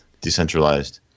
decentralized